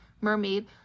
Mermaid